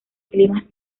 climas